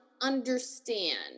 understand